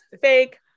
Fake